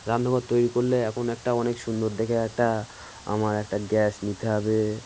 রান্নাঘর তৈরি করলে এখন একটা অনেক সুন্দর দেখে একটা আমার একটা গ্যাস নিতে হবে